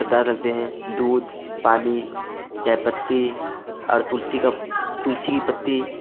पदार्थ लगते है दूध पानी चायपत्ती और तुलसी का तुलसी पत्ती